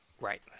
Right